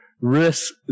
risk